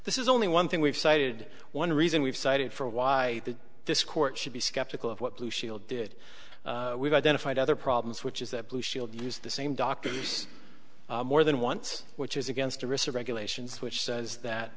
this is only one thing we've cited one reason we've cited for why this court should be skeptical of what blue shield did we've identified other problems which is that blue shield use the same doctor use more than once which is against the research regulations which says that